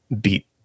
beat